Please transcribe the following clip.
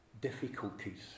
difficulties